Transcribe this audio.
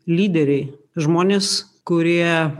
lyderiai žmonės kurie